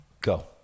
Go